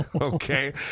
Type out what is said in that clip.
Okay